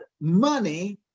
money